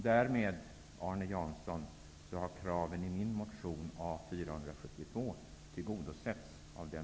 Därmed, Arne Jansson, har kraven i min motion